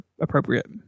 appropriate